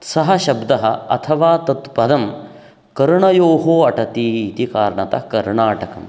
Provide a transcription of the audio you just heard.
सः शब्दः अथवा तत्पदं कर्णयोः अटति इति कारणतः कर्णाटकम्